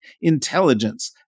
intelligence